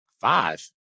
five